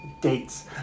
dates